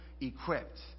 equipped